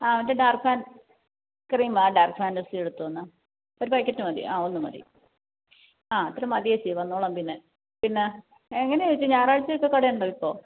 ആ മറ്റേ dark fan cream ആണോ ആ ഡാർക്ക് ഫാൻ്റസി എടുത്തോ എന്നാൽ ഒരു പാക്കറ്റ് മതി ആ ഒന്ന് മതി ആ അത്രയും മതി ചേച്ചി വന്നോളാം പിന്നെ പിന്നെ എങ്ങനെയാണ് ചേച്ചി ഞായറാഴ്ച ഇപ്പം കട ഉണ്ടോ ഇപ്പോൾ